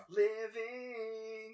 living